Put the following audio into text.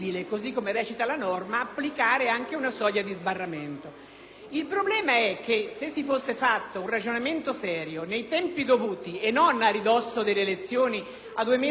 elettorale si fosse fatto un ragionamento serio nei tempi dovuti e non a ridosso delle elezioni, a due mesi e poco più dalla presentazione delle liste e quindi a giochi già iniziati,